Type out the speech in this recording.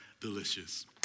delicious